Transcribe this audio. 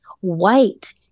white